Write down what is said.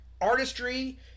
artistry